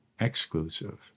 exclusive